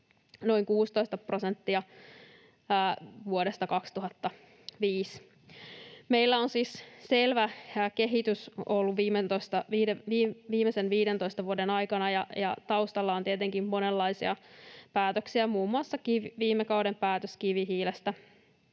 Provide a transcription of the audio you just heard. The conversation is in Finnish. noin 16 prosenttia vuodesta 2005. Meillä on siis selvä kehitys ollut viimeisen 15 vuoden aikana, ja taustalla on tietenkin monenlaisia päätöksiä, muun muassa viime kauden päätös kivihiilestä